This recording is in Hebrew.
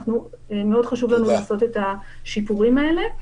מאוד חשוב לנו לעשות את השיפורים האלה.